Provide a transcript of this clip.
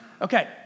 Okay